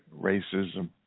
racism